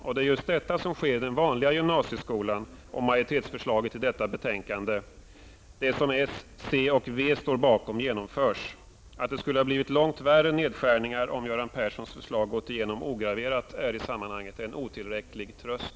Och det är just detta som sker i den vanliga gymnasieskolan om majoritetsförslaget i detta betänkande, som socialdemokraterna, centern och vänsterpartiet står bakom, genomförs. Att det skulle ha blivit betydligt större nedskärningar om Göran Perssons förslag hade gått igenom ograverat är i sammanhanget en otillräcklig tröst.